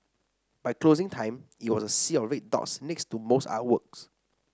by closing time it was a sea of red dots next to most artworks